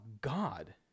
God